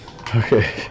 Okay